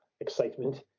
excitement